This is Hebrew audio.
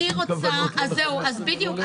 בדיוק.